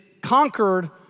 conquered